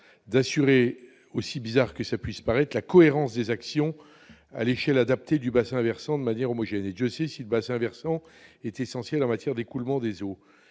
d'assurer, aussi bizarre que cela puisse paraître, la cohérence des actions à l'échelle adaptée du bassin-versant de manière homogène- et Dieu sait si celui-ci est essentiel en matière d'écoulement des eaux